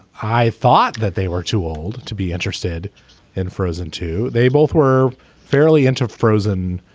i thought that they were too old to be interested in frozen too. they both were fairly into frozen.